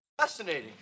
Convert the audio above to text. Fascinating